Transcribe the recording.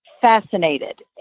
fascinated